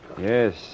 Yes